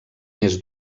més